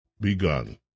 begun